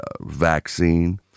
vaccine